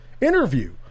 interview